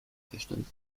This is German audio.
verstanden